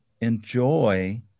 enjoy